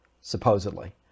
supposedly